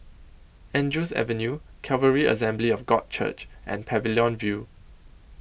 Andrews Avenue Calvary Assembly of God Church and Pavilion View